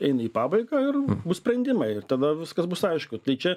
eina į pabaigą ir bus sprendimai ir tada viskas bus aišku tai čia